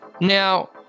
Now